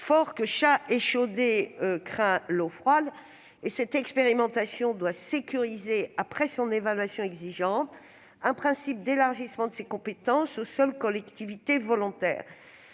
que chat échaudé craint l'eau froide. Cette expérimentation doit sécuriser, après son évaluation exigeante, un principe d'élargissement de ses compétences aux seules collectivités volontaires.